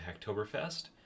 Hacktoberfest